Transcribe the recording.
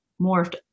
morphed